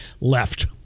left